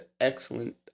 excellent